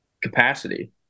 capacity